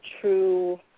true